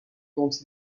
dont